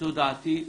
זו דעתי.